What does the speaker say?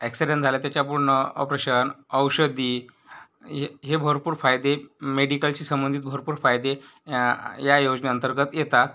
accident झाला त्याचे पण ऑपरेशन औषधी हे हे भरपूर फायदे मेडिकलशी संबंधित भरपूर फायदे या योजने अंतर्गत येतात